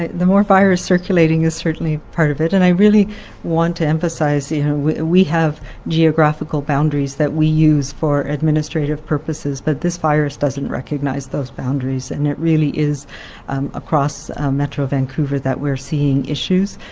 the more virus circulating is certainly part of it and i really want to emphasize yeah we we have geographical boundaries that we use for administrative purposes but this virus doesn't recognize those boundaries and it really is across metro vancouver that we are seeing issues.